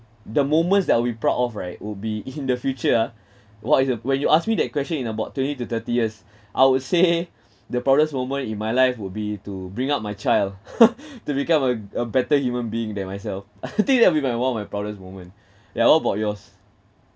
the moments that I'll be proud of right would be in the future ah what is your when you ask me that question in about twenty to thirty years I would say the proudest moment in my life would be to bring up my child to become a a better human being than myself I think that will be my one of my proudest moment ya what about yours